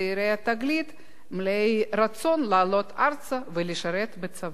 צעירי "תגלית" מלאי רצון לעלות ארצה ולשרת בצבא.